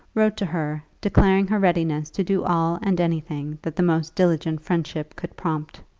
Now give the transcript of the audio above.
wrote to her, declaring her readiness to do all and anything that the most diligent friendship could prompt.